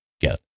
get